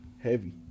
Heavy